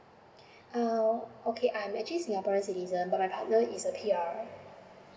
ah okay I'm actually a singaporean citizen but my partner is a P_R